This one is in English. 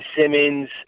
Simmons